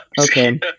Okay